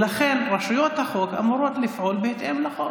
ולכן רשויות החוק אמורות לפעול בהתאם לחוק.